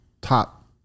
top